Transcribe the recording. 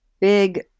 big